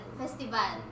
festival